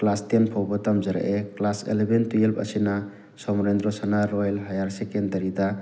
class ten ꯐꯥꯎꯕ ꯇꯝꯖꯔꯛꯑꯦ class eleven ꯇꯨꯋꯦꯜꯕ ꯑꯁꯤꯅ ꯁꯣꯃꯣꯔꯦꯟꯗ꯭ꯔꯣ ꯁꯅꯥ ꯔꯣꯌꯦꯜ ꯍꯌꯥꯔ ꯁꯦꯀꯦꯟꯗꯔꯤꯗ